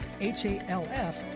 H-A-L-F